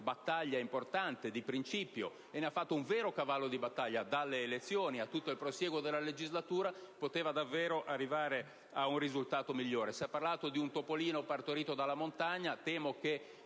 battaglia importante di principio, un vero e proprio cavallo di battaglia, a partire dalle elezioni e per tutto il prosieguo della legislatura, poteva davvero arrivare ad un risultato migliore. Si è parlato di un topolino partorito dalla montagna, ma temo che